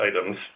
items